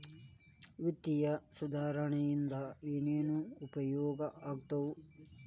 ವಿತ್ತೇಯ ಸುಧಾರಣೆ ಇಂದ ಏನೇನ್ ಉಪಯೋಗ ಆಗ್ತಾವ